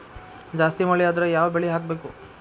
ಜಾಸ್ತಿ ಮಳಿ ಆದ್ರ ಯಾವ ಬೆಳಿ ಹಾಕಬೇಕು?